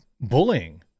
bullying